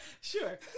Sure